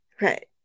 Right